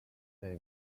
they